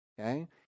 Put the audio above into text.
Okay